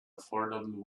affordable